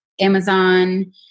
Amazon